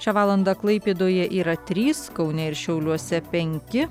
šią valandą klaipėdoje yra trys kaune ir šiauliuose penki